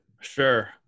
Sure